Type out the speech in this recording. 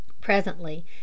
presently